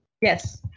Yes